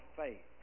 faith